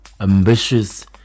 ambitious